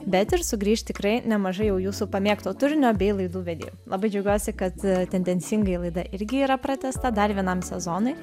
bet ir sugrįš tikrai nemažai jau jūsų pamėgto turinio bei laidų vedėjų labai džiaugiuosi kad tendencingai laida irgi yra pratęsta dar vienam sezonui